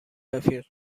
رفیق